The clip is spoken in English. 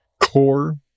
core